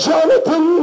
Jonathan